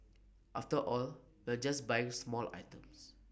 after all we're just buying small items